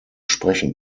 sprechen